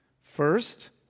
First